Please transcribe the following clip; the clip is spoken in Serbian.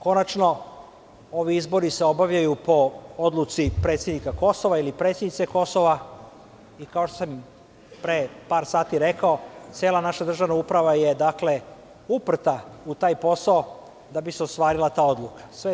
Konačno ovi izbori se obavljaju po odluci predsednika Kosova ili predsednice Kosova i kao što sam pre par sati rekao cela naša državna uprava je uprta u taj posao da bi se ta odluka ostvarila.